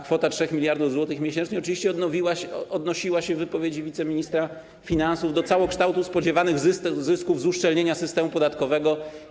Kwota 3 mld zł miesięcznie oczywiście odnosiła się w wypowiedzi wiceministra finansów do całokształtu spodziewanych zysków z uszczelnienia systemu podatkowego.